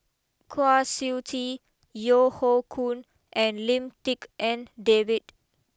Kwa Siew Tee Yeo Hoe Koon and Lim Tik En David